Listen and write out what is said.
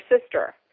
sister